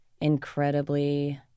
incredibly